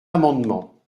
amendement